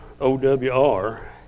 O-W-R